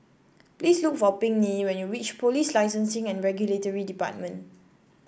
please look for Pinkney when you reach Police Licensing and Regulatory Department